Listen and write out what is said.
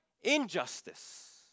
injustice